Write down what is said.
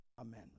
amen